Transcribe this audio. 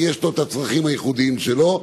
כי יש לו הצרכים הייחודיים שלו.